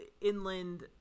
inland